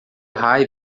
raiva